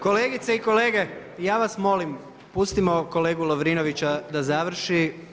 Kolegice i kolege, ja vas molim, pustimo kolegu Lovrinovića da završi.